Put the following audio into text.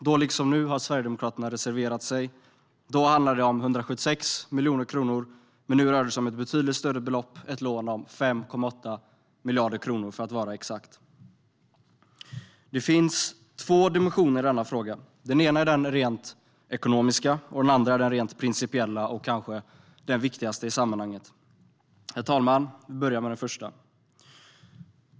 Då liksom nu har Sverigedemokraterna reserverat sig. Då handlade det om 176 miljoner kronor, men nu rör det sig om ett betydligt större belopp. Det är ett lån på 5,8 miljarder kronor för att vara exakt. Det finns två dimensioner i denna fråga. Den ena är den rent ekonomiska och den andra den rent principiella och kanske viktigaste i sammanhanget. Herr talman! Jag börjar med den första.